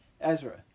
Ezra